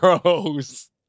gross